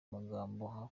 magambo